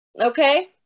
Okay